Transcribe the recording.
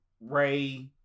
Ray